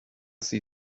see